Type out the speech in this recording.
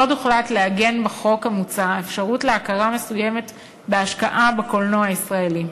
עוד הוחלט לעגן בחוק המוצע אפשרות להכרה מסוימת בהשקעה בקולנוע הישראלי.